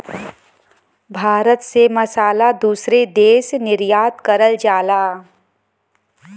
भारत से मसाला दूसरे देश निर्यात करल जाला